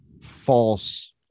false